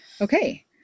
Okay